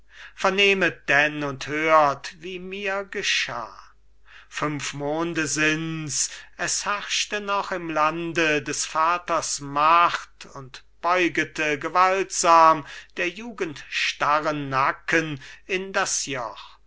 vernehmet denn und hört wie mir geschah fünf monde sind's es herrschte noch im lande des vaters macht und beugete gewaltsam der jugend starren nacken in das joch nichts